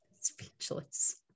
Speechless